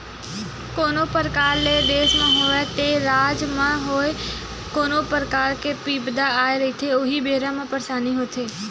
कोनो परकार ले देस म होवय ते राज म होवय कोनो परकार के बिपदा आए रहिथे उही बेरा म परसानी होथे